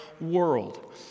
world